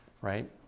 right